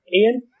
ian